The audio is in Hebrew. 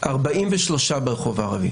43 ברחוב הערבי.